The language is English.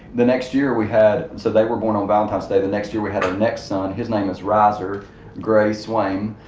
the next year, we had, so they were born on valentine's day. the next year we had our next son. his name is riser gray swaim.